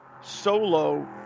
solo